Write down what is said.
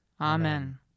Amen